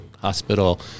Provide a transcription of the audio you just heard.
hospital